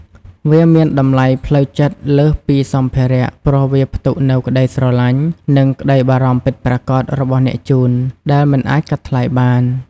វាមានតម្លៃផ្លូវចិត្តលើសពីសម្ភារៈ ព្រោះវាផ្ទុកនូវក្ដីស្រឡាញ់ និងក្ដីបារម្ភពិតប្រាកដរបស់អ្នកជូន ដែលមិនអាចកាត់ថ្លៃបាន។